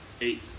eight